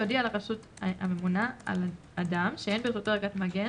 יודיע לרשות הממונה על אדם שאין ברשותו ערכת מגן,